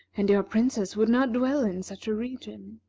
and your princess would not dwell in such a region.